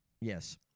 Yes